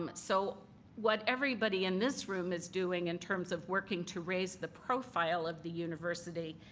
um so what everybody in this room is doing in terms of working to raise the profile of the university,